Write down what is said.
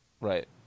Right